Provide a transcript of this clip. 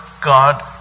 God